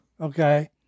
Okay